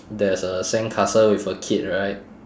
there's a sandcastle with a kid right